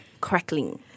crackling